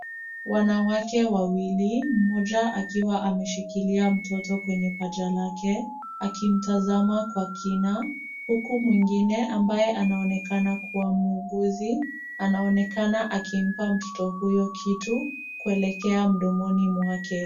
Wanawake wawili, mmoja akiwa ameshikilia mtoto kwenye paja lake akimtazama kwa kina, huku mwingine ambaye anaonekana kuwa muuguzi, anaonekana akimpa mtoto huyo kitu, kuelekea mdomoni mwake.